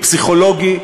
פסיכולוגי,